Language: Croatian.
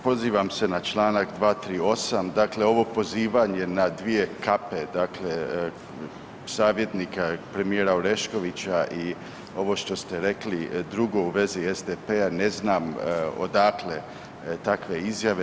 Pozivam se na čl. 238. dakle ovo pozivanje na dvije kape, dakle savjetnika premijera Oreškovića i ovo što ste rekli drugo u vezi SDP-a ne znam odakle takve izjave.